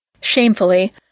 Shamefully